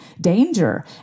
danger